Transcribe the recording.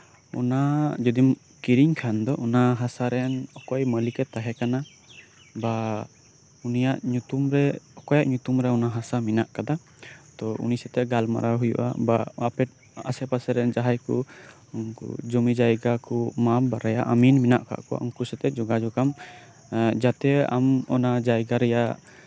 ᱚᱱᱟ ᱡᱚᱫᱤᱢ ᱠᱤᱨᱤᱧ ᱠᱷᱟᱱ ᱫᱚ ᱚᱱᱟ ᱦᱟᱥᱟᱨᱮᱱ ᱚᱠᱚᱭ ᱢᱟᱹᱞᱤᱠ ᱮ ᱛᱟᱦᱮᱸ ᱠᱟᱱᱟ ᱩᱱᱤᱭᱟᱜ ᱧᱩᱛᱩᱨᱮ ᱚᱠᱚᱭᱟᱜ ᱧᱩᱛᱩᱢ ᱨᱮ ᱚᱱᱟ ᱦᱟᱥᱟ ᱢᱮᱱᱟᱜ ᱠᱟᱫᱟ ᱛᱚ ᱩᱱᱤ ᱥᱟᱶᱛᱮ ᱜᱟᱞᱢᱟᱨᱟᱣ ᱦᱳᱭᱳᱜᱼᱟ ᱵᱟ ᱟᱯᱮ ᱟᱥᱮ ᱯᱟᱥᱮᱨᱮᱱ ᱡᱟᱦᱟᱸᱭ ᱠᱚ ᱡᱚᱢᱤ ᱡᱟᱭᱜᱟ ᱠᱚ ᱢᱟᱯ ᱵᱟᱲᱟᱭᱟ ᱟᱢᱤᱱ ᱢᱮᱱᱟᱜ ᱠᱚᱣᱟ ᱩᱱᱠᱩ ᱥᱟᱶᱛᱮᱢ ᱡᱳᱜᱟ ᱡᱳᱜᱽᱼᱟ ᱡᱟᱛᱮ ᱟᱢ ᱚᱱᱟ ᱡᱟᱭᱜᱟ ᱨᱮᱭᱟᱜ